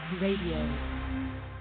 Radio